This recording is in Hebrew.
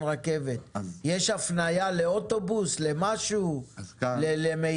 רכבת יש הפניה לאוטובוס או למידע אחר?